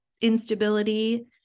instability